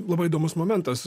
labai įdomus momentas